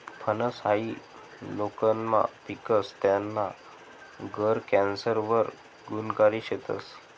फनस हायी कोकनमा पिकस, त्याना गर कॅन्सर वर गुनकारी शेतस